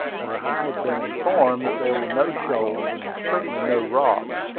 where i had been informed there were no shoals and certainly no rocks,